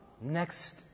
next